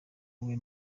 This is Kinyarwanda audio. wowe